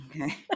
Okay